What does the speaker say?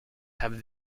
have